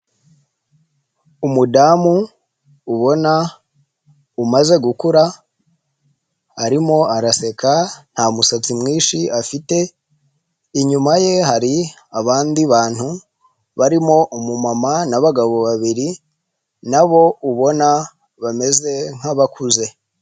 Umudamu ubona umaze gukura arimo araseka nta musatsi mwinshi afite inyuma ye hari abandi bantu barimo umumama n'abagabo babiri na bo ubona bameze nkabakuze.